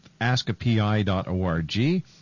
AskAPI.org